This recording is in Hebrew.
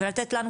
ולתת לנו,